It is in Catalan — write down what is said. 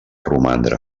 romandre